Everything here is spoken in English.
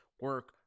Work